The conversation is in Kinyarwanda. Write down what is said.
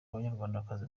banyarwandakazi